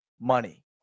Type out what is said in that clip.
money